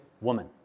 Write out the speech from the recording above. woman